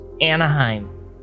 Anaheim